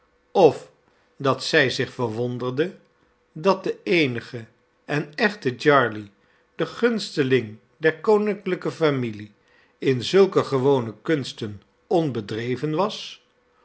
of dat zij zich verwonderde dat de eenige en echte jarley de gunsteling der koninklijke familie in zulke gewone kunsten onbedreven was